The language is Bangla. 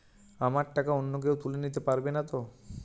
আমার টাকা অন্য কেউ তুলে নিতে পারবে নাতো?